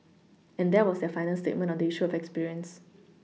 and that was their final statement on the issue of experience